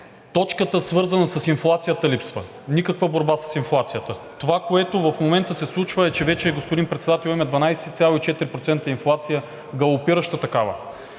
точката, свързана с инфлацията липсва. Никаква борба с инфлацията. Това, което в момента се случва, е, че вече, господин Председател, имаме 12,4% инфлация, галопираща такава.